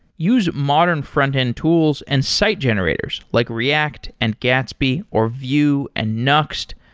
use modern frontend tools and site generators, like react, and gatsby, or vue, and nuxt.